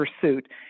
pursuit